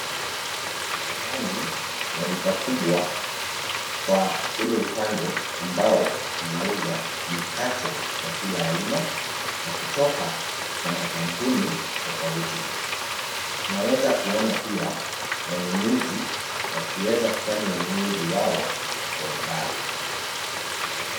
Ndani ya duka kubwa kwa ule upande ambao wanauza mikate ya kila aina na kutoka kwa makampuni tofauti. Tunaweza kuona pia wanunuzi wakiweza kufanya ununuzi wao kwa umbali.